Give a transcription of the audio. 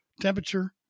temperature